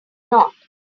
not